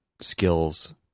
skills